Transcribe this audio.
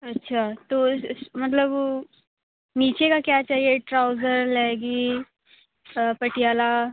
अच्छा तो मतलब नीचे का क्या चाहिए ट्राउजर लेगिंग पटियाला